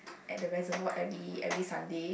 at the reservoir every every Sunday